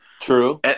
True